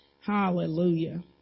Hallelujah